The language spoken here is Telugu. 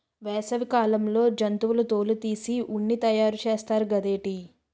వేసవి కాలంలో జంతువుల తోలు తీసి ఉన్ని తయారు చేస్తారు గదేటి